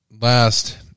last